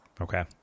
Okay